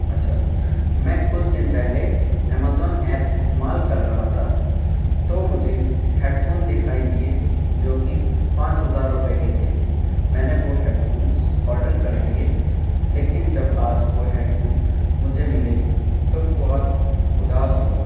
اچھا میں کچھ دن پہلے امیزون ایپ استعمال کر رہا تھا تو مجھے ہیڈ فون دکھائی دیے جو کہ پانچ ہزار روپیے کے تھے میں نے وہ ییڈ فونس آڈر کر دیے لیکن جب آج وہ ہیڈ فون مجھے ملے تو بہت اداس ہوا